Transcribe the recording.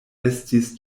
estis